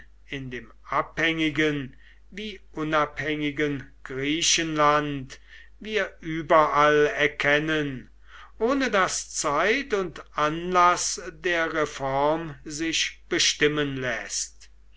in dem abhängigen wie unabhängigen griechenland wir überall erkennen ohne daß zeit und anlaß der reform sich bestimmen läßt